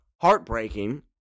heartbreaking